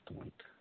point